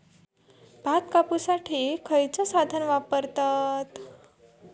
भात कापुसाठी खैयचो साधन वापरतत?